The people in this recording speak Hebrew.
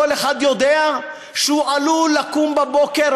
כל אחד יודע שהוא עלול לקום בבוקר,